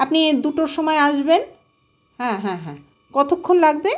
আপনি দুটোর সময় আসবেন হ্যাঁ হ্যাঁ হ্যাঁ কতক্ষণ লাগবে